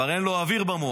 כבר אין לו אוויר במוח.